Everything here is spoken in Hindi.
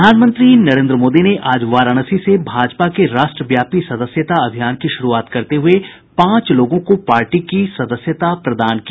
प्रधानमंत्री नरेन्द्र मोदी ने आज वाराणसी से भारतीय जनता पार्टी के राष्ट्रव्यापी सदस्यता अभियान की शुरूआत करते हुए पांच लोगों को पार्टी की सदस्यता प्रदान की